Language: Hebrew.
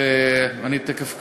ואני תכף,